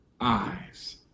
eyes